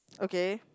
okay